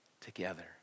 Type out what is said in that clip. together